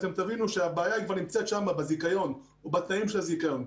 תבינו שהבעיה כבר נמצאת שם בזיכיון או בתנאים של הזיכיון.